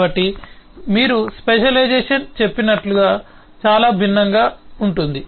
కాబట్టి మీరు స్పెషలైజేషన్ చెప్పినట్లు చాలా భిన్నంగా ఉంటుంది